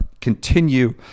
continue